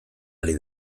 ari